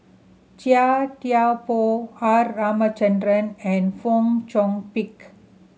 Chia Thye Poh R Ramachandran and Fong Chong Pik